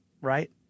right